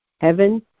Heaven